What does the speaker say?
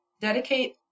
dedicate